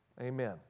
Amen